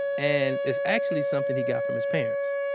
and it's actually something he got from his parents.